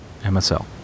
MSL